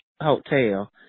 hotel